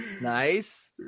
Nice